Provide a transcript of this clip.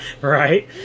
Right